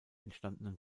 entstandenen